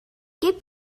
gib